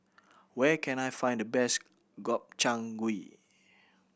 where can I find the best Gobchang Gui